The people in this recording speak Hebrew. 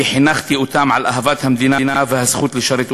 כי חינכתי אותם על אהבת המדינה והזכות לשרת אותה.